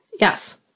Yes